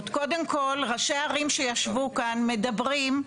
קודם כל ראשי ערים שישבו כאן מדברים,